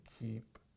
keep